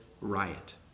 riot